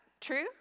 True